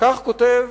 כך כותב